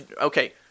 okay